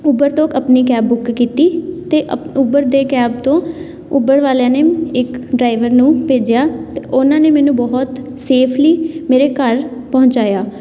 Uber ਤੋਂ ਆਪਣੀ cab book ਕੀਤੀ ਅਤੇ ਅਪ ਉਬਰ ਦੇ ਇੱਕ ਐਪ ਤੋਂ ਉਬਰ ਵਾਲਿਆਂ ਨੇ ਇੱਕ ਡਰਾਈਵਰ ਨੂੰ ਭੇਜਿਆ ਅਤੇ ਉਹਨਾਂ ਨੇ ਮੈਨੂੰ ਬਹੁਤ ਸੇਫਲੀ ਮੇਰੇ ਘਰ ਪਹੁੰਚਾਇਆ